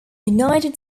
united